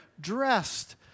dressed